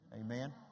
Amen